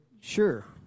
sure